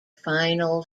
final